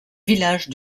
villages